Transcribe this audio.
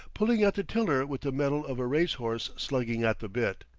pulling at the tiller with the mettle of a race-horse slugging at the bit.